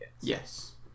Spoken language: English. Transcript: Yes